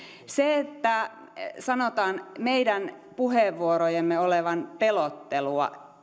se että sanotaan meidän puheenvuorojemme olevan pelottelua